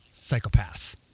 psychopaths